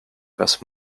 kas